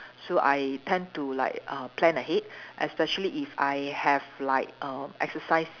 so I tend to like uh plan ahead especially if I have like err exercise